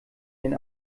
den